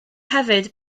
hefyd